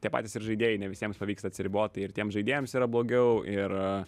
tie patys ir žaidėjai ne visiems pavyksta atsiribot ir tiems žaidėjams yra blogiau ir